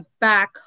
back